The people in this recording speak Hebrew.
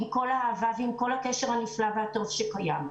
עם כל האהבה ועם כל הקשר הנפלא והטוב שקיים.